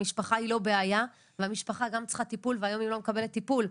המשפחה היא לא הבעיה והמשפחה גם צריכה טיפול והיום היא לא מקבלת טיפול.